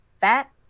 fat